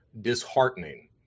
disheartening